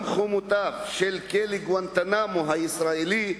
גם חומותיו של כלא גואנטנמו הישראלי,